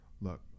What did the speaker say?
Look